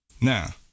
now